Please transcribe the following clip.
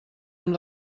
amb